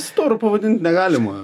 storu pavadint negalima